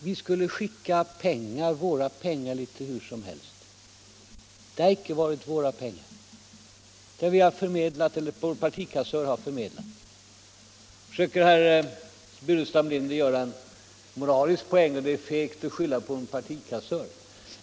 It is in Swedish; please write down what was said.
Vi skulle skicka våra pengar litet hur som helst, sades det. Det har inte varit våra pengar som vår partikassör har förmedlat. Herr Burenstam Linder försökte göra en moralisk poäng av att det är fegt att skylla på en partikassör.